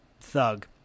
thug